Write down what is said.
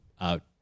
out